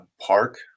park